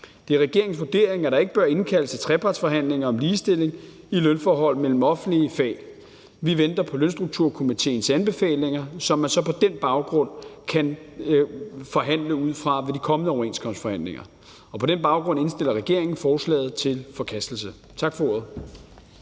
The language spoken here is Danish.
Det er regeringens vurdering, at der ikke bør indkaldes til trepartsforhandlinger om ligestilling i lønforhold mellem offentlige fag. Vi venter på Lønstrukturkomitéens anbefalinger, så man så på den baggrund kan forhandle ud fra den ved de kommende overenskomstforhandlinger. På den baggrund indstiller regeringen forslaget til forkastelse. Tak for ordet.